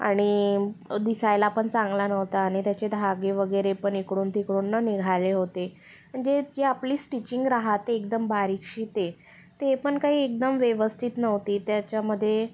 आणि दिसायला पण चांगला नव्हता आणि त्याचे धागे वगैरे पण इकडून तिकडून नं निघाले होते म्हणजे जी आपली स्टिचिंग राहते एकदम बारीकशी ते तेपण काही एकदम व्यवस्थित नव्हती त्याच्यामध्ये